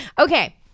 okay